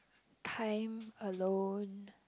time alone